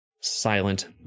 Silent